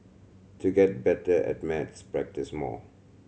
to get better at maths practise more